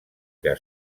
que